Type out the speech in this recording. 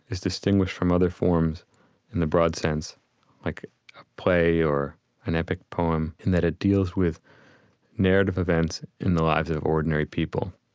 is distinguished from other forms in the broad sense like a play or an epic poem in that it deals with narrative events in the lives of ordinary people.